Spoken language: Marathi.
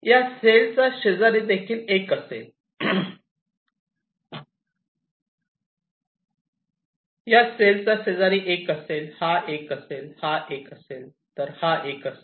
या सेलचा शेजारी देखील 1 असेल या सेलचा शेजारी 1 असेल हा 1 असेल हा 1 असेल तर हा 1 असेल